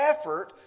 effort